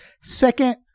Second-